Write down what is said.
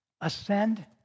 ascend